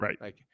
Right